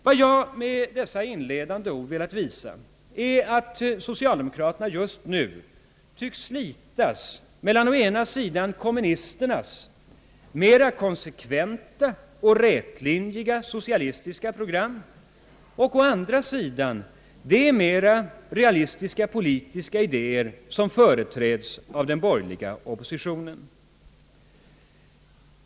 Vad jag med dessa inledande ord velat visa är att socialdemokraterna just nu tycks slitas mellan å ena sidan kommunisternas mera konsekventa och rätlinjiga socialistiska program och å andra sidan de mera realistiska politiska idéer som företräds av den borgerliga oppositionen.